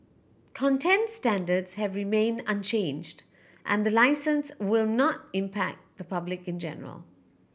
content standards have remained unchanged and the licence will not impact the public in general